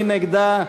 מי נגדה?